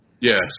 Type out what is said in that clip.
Yes